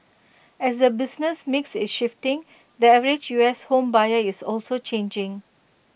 as the business mix is shifting the average U S home buyer is also changing